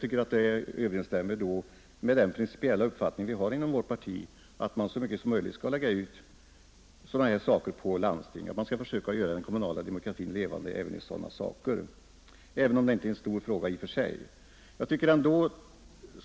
Detta överensstämmer med den principiella uppfattning vi har inom vårt parti, nämligen att man så mycket som möjligt skall lägga ut sådana här ärenden på landstinget. Man skall försöka göra den kommunala demokratin levande även i sådana här saker, även om det inte gäller någon stor fråga i och för sig.